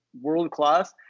world-class